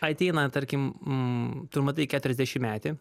ateina tarkim tu matai keturiasdešimtmetį